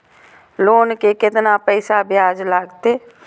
Loan के केतना पैसा ब्याज लागते?